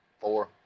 four